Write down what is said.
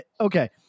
Okay